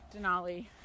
denali